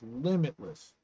limitless